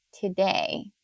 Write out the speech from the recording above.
today